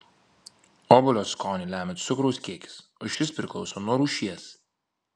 obuolio skonį lemia cukraus kiekis o šis priklauso nuo rūšies